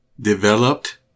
Developed